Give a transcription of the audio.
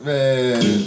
Man